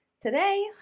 Today